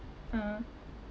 ah